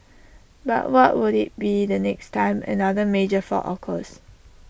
but what would IT be the next time another major fault occurs